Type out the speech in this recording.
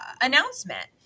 announcement